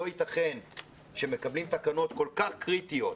לא ייתכן שמקבלים תקנות כל כך קריטיות,